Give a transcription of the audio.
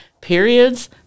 Periods